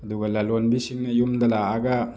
ꯑꯗꯨꯒ ꯂꯂꯣꯟꯕꯤꯁꯤꯡꯅ ꯌꯨꯝꯗ ꯂꯥꯛꯑꯒ